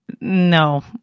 No